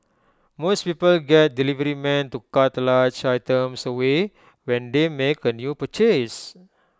most people get deliverymen to cart large items away when they make A new purchase